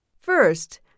First